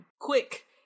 Quick